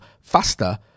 faster